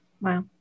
Wow